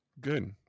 Good